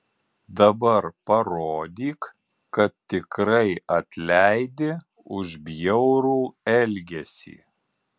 dabar parodyk kad tikrai atleidi už bjaurų elgesį